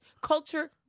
Culture